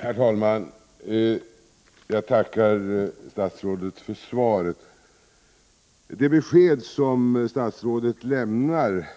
Herr talman! Jag tackar statsrådet för svaret. Det besked som statsrådet lämnar